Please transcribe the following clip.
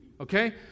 okay